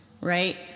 right